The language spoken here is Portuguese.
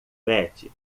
betty